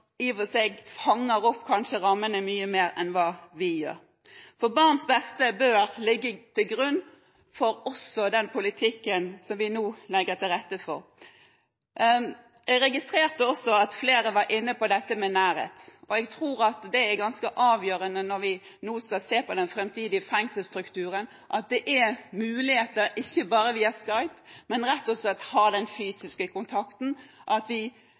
fanger opp rammene mye mer enn hva vi gjør. Barnas beste bør ligge til grunn også for den politikken som vi nå legger til rette for. Jeg registrerte også at flere var inne på dette med nærhet, og jeg tror at det er ganske avgjørende at når vi nå skal se på den framtidige fengselsstrukturen, må vi se på om det ikke bare er muligheter via Skype, men rett og slett til å ha fysisk kontakt, at når vi